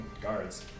guards